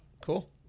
Cool